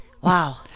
Wow